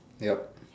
yup